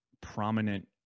prominent